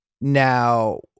now